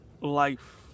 life